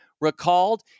recalled